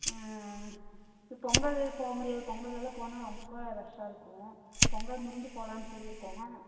இது பொங்கல் போக முடியாது பொங்கலெல்லாம் போனால் ரொம்ப ரஷ்ஷாக இருக்கும் பொங்கல் முடிஞ்சு போலான்னு சொல்லியிருக்கோம்